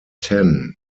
ten